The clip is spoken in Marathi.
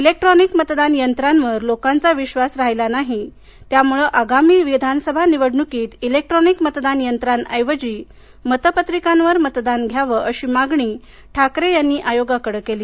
इलेक्ट्रोनिक मतदान यंत्रांवर लोकांचा विश्वास राहिला नाही त्यामुळे आगामी विधानसभा निवडणुकीत इलेक्ट्रॉनिक मतदान यंत्राऐवजी मतपत्रिकांवर मतदान घ्यावं अशी मागणी ठाकरे यांनी आयोगाकडे केली